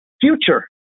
future